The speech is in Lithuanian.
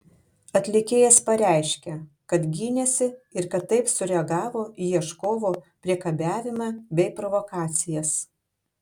atlikėjas pareiškė kad gynėsi ir kad taip sureagavo į ieškovo priekabiavimą bei provokacijas